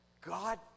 God